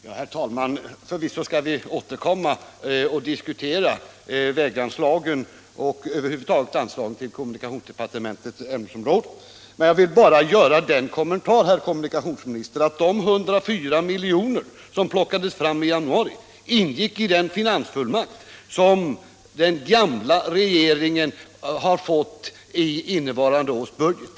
Herr talman! Förvisso skall vi återkomma och diskutera väganslagen liksom anslagen under kommunikationsdepartementets huvudtitel över huvud taget. Jag vill nu bara göra den kommentaren att de 104 miljoner som plockades fram i januari ingick i den finansfullmakt som den gamla regeringen fått i innevarande års budget.